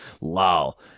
lol